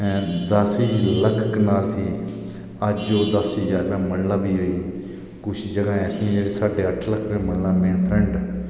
दस्स लक्ख कनाल ही अज्ज ओह् दस्स जरबां मंडला बी होई दी कुछ जगह ऐसियां न जेह्ड़ियां साढ़े अट्ठ लक्ख मंडला न